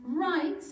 right